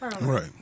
right